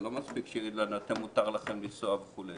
לא מספיק שנאמר: מותר לכם לנסוע וכולי.